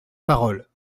parole